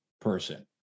person